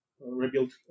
Rebuild